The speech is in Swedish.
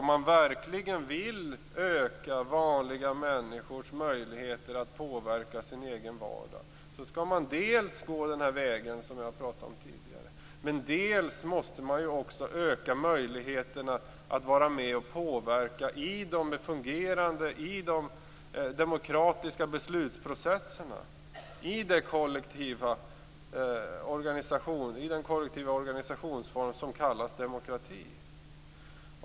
Om man verkligen vill öka vanliga människors möjligheter att påverka sin egen vardag skall man dels gå den väg som jag pratade om tidigare, dels öka möjligheterna att vara med och påverka i de fungerande demokratiska beslutsprocesserna i den kollektiva organisationsform som kallas demokrati.